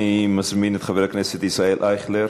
אני מזמין את חבר הכנסת ישראל אייכלר,